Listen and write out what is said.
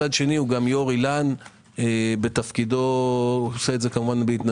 מצד שני הוא גם יו"ר איל"ן בתפקידו - עושה זאת בהתנדבות